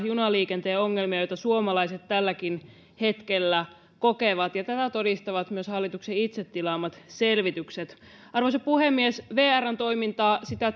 junaliikenteen ongelmia joita suomalaiset tälläkin hetkellä kokevat ja tätä todistavat myös hallituksen itse tilaamat selvitykset arvoisa puhemies vrn toimintaa